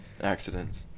accidents